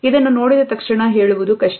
ಆದರೆ ಇದನ್ನು ನೋಡಿದ ತಕ್ಷಣ ಹೇಳುವುದು ಕಷ್ಟ